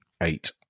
eight